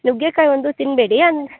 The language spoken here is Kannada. ನುಗ್ಗೆಕಾಯಿ ಒಂದು ತಿನ್ನಬೇಡಿ ಅನ್